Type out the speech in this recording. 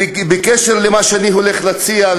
בקשר למה שאני הולך להציע,